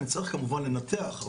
נצטרך כמובן לנתח,